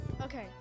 Okay